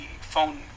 phone